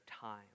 time